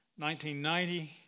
1990